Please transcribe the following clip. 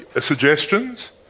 suggestions